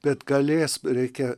bet galės reikia